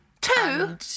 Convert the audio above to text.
Two